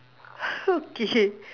okay